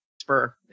Spur